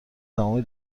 تمامی